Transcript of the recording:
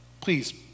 Please